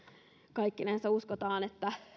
kaikkinensa uskotaan että